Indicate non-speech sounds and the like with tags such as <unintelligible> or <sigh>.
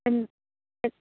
<unintelligible>